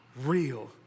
real